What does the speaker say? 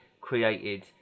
created